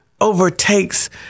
overtakes